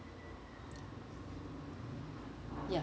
ya